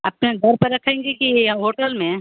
आपके यहाँ घर पर रखेंगी कि होटल में